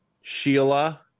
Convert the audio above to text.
Sheila